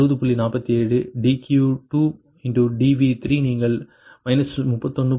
47 dQ2 dV3 நீங்கள் 31